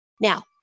Now